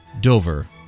Dover